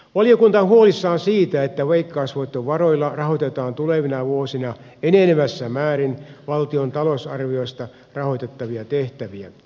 valiokunta on huolissaan siitä että veikkausvoittovaroilla rahoitetaan tulevina vuosina enenevässä määrin valtion talousarviosta rahoitettavia tehtäviä